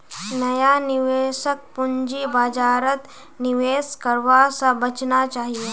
नया निवेशकक पूंजी बाजारत निवेश करवा स बचना चाहिए